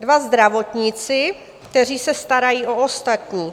Dva zdravotníci, kteří se starají o ostatní.